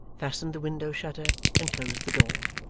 fastened the window-shutter, and closed the door.